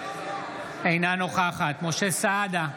אינה נוכחת משה סעדה,